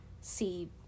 see